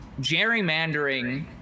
Gerrymandering